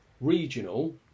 regional